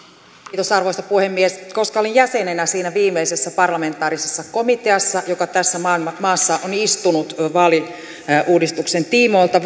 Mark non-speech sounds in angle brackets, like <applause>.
kiitos arvoisa puhemies koska olin jäsenenä siinä viimeisessä parlamentaarisessa komiteassa joka tässä maassa on istunut vaaliuudistuksen tiimoilta <unintelligible>